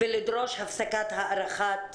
ולדרוש הפסקת הארכת